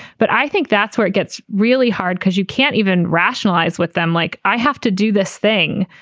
but i think that's where it gets really hard because you can't even rationalize with them like i have to do this thing.